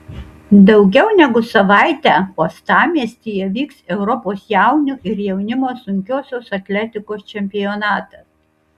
daugiau negu savaitę uostamiestyje vyks europos jaunių ir jaunimo sunkiosios atletikos čempionatas